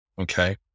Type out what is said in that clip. Okay